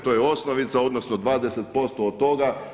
To je osnovica, odnosno 20% od toga.